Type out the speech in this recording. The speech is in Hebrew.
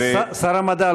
שר המדע,